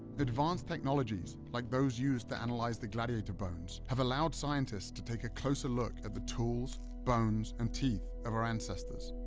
advanced technologies like those used to analyze the gladiator bones, have allowed scientists to take a closer look at the tools, bones and teeth of our ancestors,